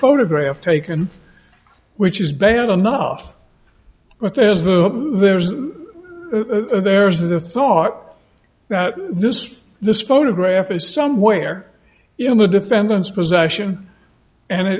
photograph taken which is bad enough but there's the there's a there's a thought that this this photograph is somewhere in the defendant's possession and